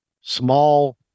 small